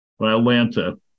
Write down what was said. Atlanta